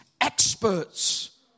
experts